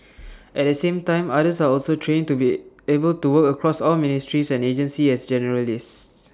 at the same time others are also trained to be able to work across all ministries and agencies as generalists